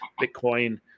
bitcoin